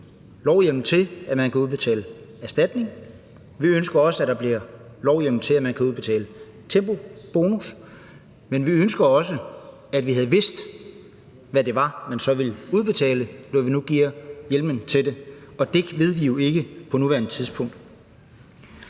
lovhjemmel til, at man kan udbetale erstatning. Vi ønsker også, at der bliver lovhjemmel til, at man kan udbetale tempobonus. Men vi ønsker også, at vi havde vidst, hvad det var, man så ville udbetale, når vi nu giver hjemmelen til det, og det ved vi jo ikke på nuværende tidspunkt.